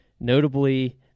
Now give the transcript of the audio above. Notably